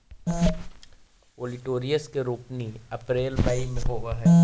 olitorius के रोपनी अप्रेल मई में होवऽ हई